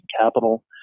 capital